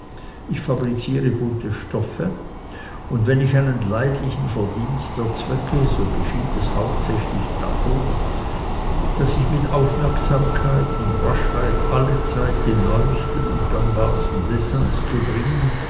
ich fabriziere bunte stoffe und wenn ich einen leidlichen verdienst erzwecke so geschieht es hauptsächlich dadurch daß ich mit aufmerksamkeit und raschheit allezeit die neuesten und gangbarsten dessins zu bringen